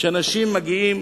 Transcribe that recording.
שאנשים מגיעים